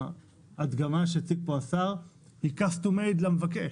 ההדגמה שהציג פה השר היא custom made למבקש,